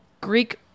greek